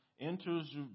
enters